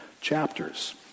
chapters